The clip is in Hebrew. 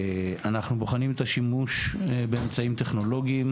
אנחנו בוחנים את השימוש באמצעים טכנולוגיים.